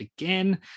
again